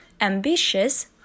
ambitious